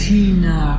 Tina